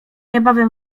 niebawem